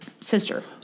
sister